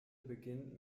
beginnt